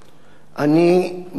אני מצטער מאוד,